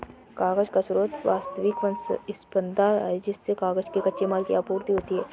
कागज का स्रोत प्राकृतिक वन सम्पदा है जिससे कागज के कच्चे माल की आपूर्ति होती है